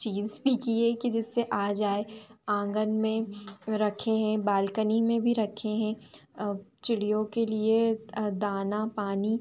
चीज़ भी किए कि जिससे आ जाए आँगन में रखे हें बालकनी में भी रखे हें चिड़ियों के लिए दाना पानी